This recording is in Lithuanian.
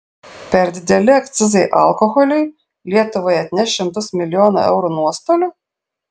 per dideli akcizai alkoholiui lietuvai atneš šimtus milijonų eurų nuostolių